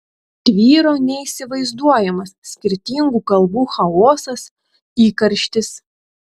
tvyro neįsivaizduojamas skirtingų kalbų chaosas įkarštis